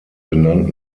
benannt